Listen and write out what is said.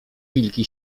wilki